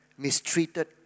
Mistreated